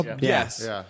Yes